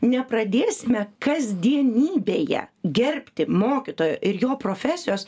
nepradėsime kasdienybėje gerbti mokytojo ir jo profesijos